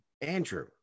Andrew